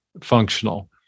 functional